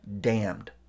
damned